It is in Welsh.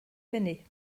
hynny